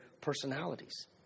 personalities